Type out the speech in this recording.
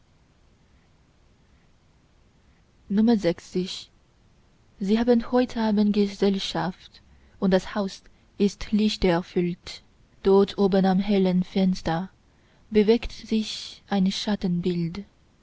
sie haben heut abend gesellschaft und das haus ist lichterfüllt dort oben am hellen fenster bewegt sich ein schattenbild